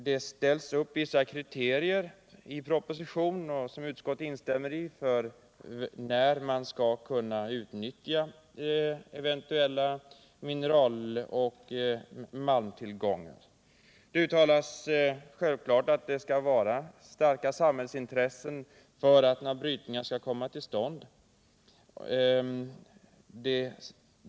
Det ställs upp vissa kriterier i propositionen, som utskottet instämmer i, för att man skall kunna utnyttja eventuella mineraloch malmtillgångar. Det uttalas självklart att det skall vara starka samhällsintressen för att en sådan brytning skall komma till stånd.